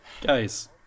Guys